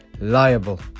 liable